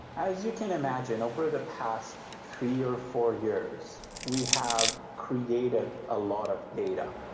as you can imagine, over the past three or four years we have created a lot of data.